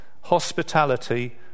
hospitality